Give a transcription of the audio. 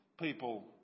people